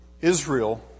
Israel